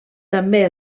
també